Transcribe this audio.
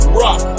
rock